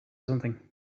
something